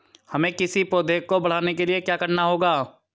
हमें किसी पौधे को बढ़ाने के लिये क्या करना होगा?